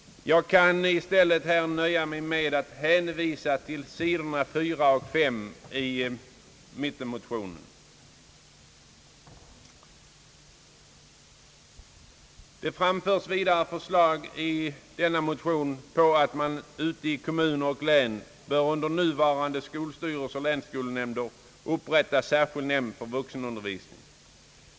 Jag kan i stället nöja mig med att hänvisa till vad som står på sidorna 4 och 5 i motionen. Det framförs vidare i motionen förslag om att man ute i kommuner och län bör under nuvarande skolstyrelser och länsskolnämnder upprätta en särskild nämnd för vuxenundervisning.